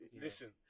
Listen